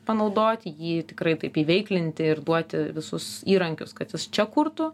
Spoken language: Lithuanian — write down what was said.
panaudoti jį tikrai taip įveiklinti ir duoti visus įrankius kad jis čia kurtų